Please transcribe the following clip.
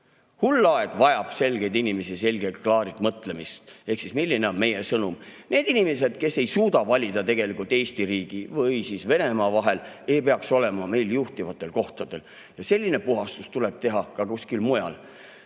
Hull aeg vajab selgeid inimesi, selget, klaari mõtlemist. Ehk siis milline on meie sõnum? Need inimesed, kes ei suuda valida tegelikult Eesti või Venemaa vahel, ei peaks olema meil juhtivatel kohtadel. Ja selline puhastus tuleb teha ka mujal,